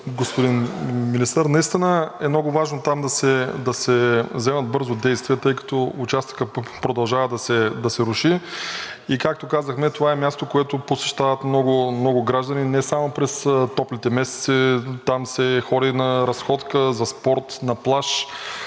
господин Министър. Наистина е много важно там да се вземат бързо мерки, тъй като участъкът продължава да се руши. Както казахме, това е място, което посещават много граждани не само през топлите месеци. Там се ходи на разходка, за спорт, на плаж,